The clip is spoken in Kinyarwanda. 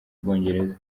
bwongereza